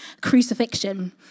crucifixion